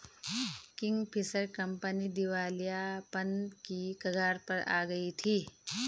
Kingfisher company दिवालियापन की कगार पर आ गई थी